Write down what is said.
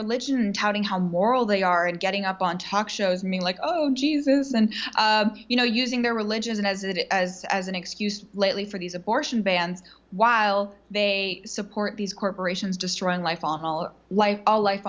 religion touting how moral they are and getting up on talk shows me like oh jesus and you know using their religion as it as as an excuse lately for these abortion bans while they support these corporations destroying life follow all life